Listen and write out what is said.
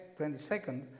22nd